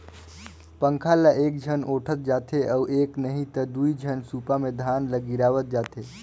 पंखा ल एकझन ओटंत जाथे अउ एक नही त दुई झन सूपा मे धान ल गिरावत जाथें